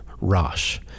rosh